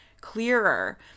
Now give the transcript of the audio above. clearer